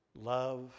Love